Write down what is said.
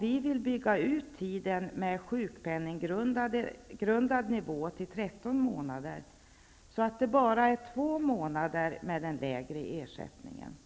Vi vill utöka tiden med sjukpenninggrundad nivå till 13 månader, så att det bara är två månader med den lägre ersättningen.